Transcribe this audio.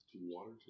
Water